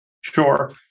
Sure